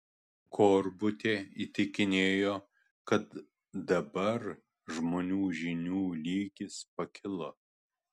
korbutė įtikinėjo kad dabar žmonių žinių lygis pakilo